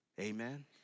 Amen